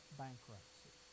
bankruptcy